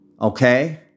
Okay